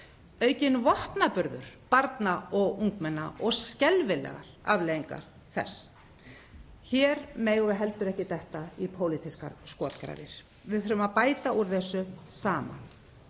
aukinn vopnaburður barna og ungmenna og skelfilegar afleiðingar þess. Hér megum við heldur ekki detta í pólitískar skotgrafir. Við þurfum að bæta úr þessu saman.